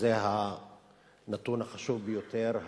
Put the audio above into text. שזה הנתון החשוב ביותר,